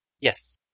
Yes